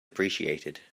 appreciated